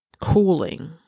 cooling